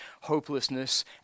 hopelessness